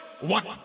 one